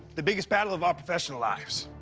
the biggest battle of our professional lives.